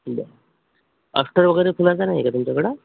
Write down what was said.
बरं अफ्टर वगैरे फुलांचा नाही आहे का तुमच्याकडे